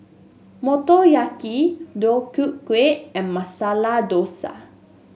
Motoyaki Deodeok Gui and Masala Dosa